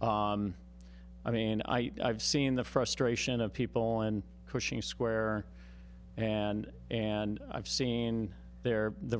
i mean i have seen the frustration of people and pushing squarer and and i've seen their the